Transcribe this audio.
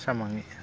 ᱥᱟᱢᱟᱝᱮᱜᱼᱟ